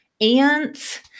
ants